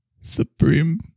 supreme